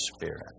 Spirit